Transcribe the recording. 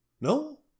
no